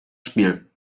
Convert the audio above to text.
spiel